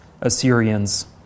Assyrians